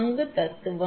அங்கு தத்துவம்